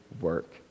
work